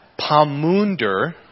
pamunder